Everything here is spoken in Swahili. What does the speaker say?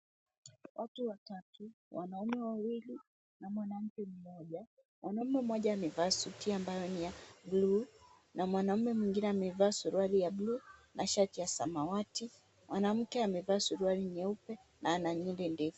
Watu watatu, wanaume wawili na mwanamke mmoja. Mwanamume mmoja amevaa suti ambayo ni ya buluu na mwanamume mwengine amevaa suruali ya buluu na shati ya samawati. Mwanamke amevaa suruali nyeupe na ana nywele ndefu.